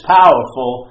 powerful